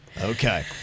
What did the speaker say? Okay